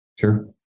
Sure